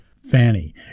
fanny